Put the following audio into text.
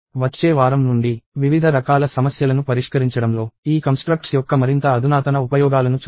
వచ్చే వారం నుండి వివిధ రకాల సమస్యలను పరిష్కరించడంలో ఈ కంస్ట్రక్ట్స్ యొక్క మరింత అధునాతన ఉపయోగాలను చూస్తాము